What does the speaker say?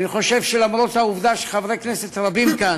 אני חושב שלמרות העובדה שחברי כנסת רבים כאן,